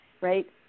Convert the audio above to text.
right